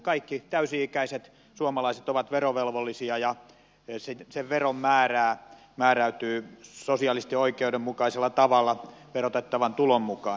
kaikki täysi ikäiset suomalaiset ovat verovelvollisia ja sen veron määrä määräytyy sosiaalisesti oikeudenmukaisella tavalla verotettavan tulon mukaan